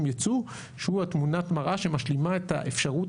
ייצוא שהוא תמונת המראה שמשלימה את האפשרות